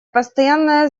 постоянная